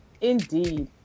Indeed